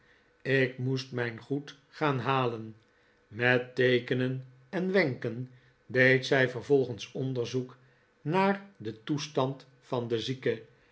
ik moest mijn goed gaan halen met teekenen en wenken deed zij vervolgens onderzoek naar den toestand van den zieke